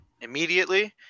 immediately